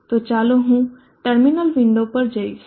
તો ચાલો હું ટર્મિનલ વિંડો પર જઈશ